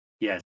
Yes